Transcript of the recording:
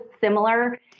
similar